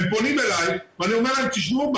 הם פונים אלי ואני אומר להם 'תשמעו,